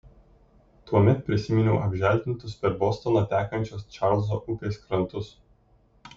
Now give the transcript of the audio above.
tuomet prisiminiau apželdintus per bostoną tekančios čarlzo upės krantus